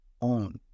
own